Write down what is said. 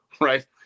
right